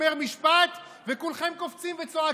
אומר משפט וכולכם קופצים וצועקים,